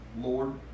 Lord